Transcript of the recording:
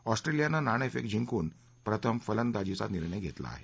ऑस्ट्रेलियानं नाणेफेक जिंकून प्रथम फलंदाजीचा निर्णय घेतला आहे